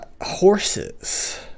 horses